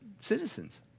citizens